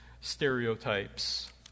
stereotypes